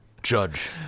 Judge